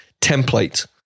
template